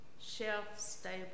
shelf-stable